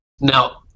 Now